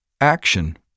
Action